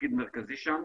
תפקיד מרכזי שם,